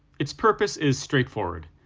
it's purpose is straight forward.